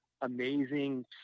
amazing